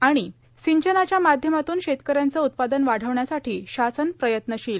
आणि सिंचनाच्या माध्यमातन शेतक यांचं उत्पादन वाढवण्यासाठी शासन प्रयत्नशील